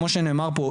אבל כמו שנאמר פה,